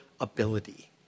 ability